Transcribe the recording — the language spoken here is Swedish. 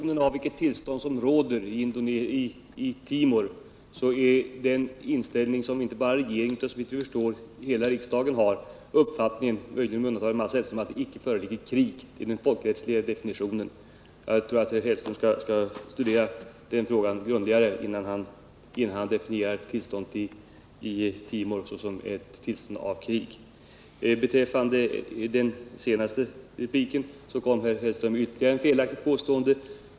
Herr talman! Den inställning som inte bara regeringen utan såvitt jag förstår hela riksdagen har — möjligen med undantag av Mats Hellström —är att det icke pågår krig på Timor. Det är den folkrättsliga definitionen. Jag tror att herr Hellström skall studera den frågan grundligare innan han definierar det tillstånd som råder på Timor. I sin senaste replik kom herr Hellström med ytterligare eu felaktigt påstående.